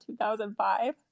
2005